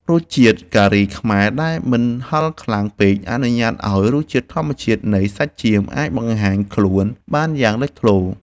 រសជាតិការីខ្មែរដែលមិនហឹរខ្លាំងពេកអនុញ្ញាតឱ្យរសជាតិធម្មជាតិនៃសាច់ចៀមអាចបង្ហាញខ្លួនបានយ៉ាងលេចធ្លោ។